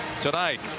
tonight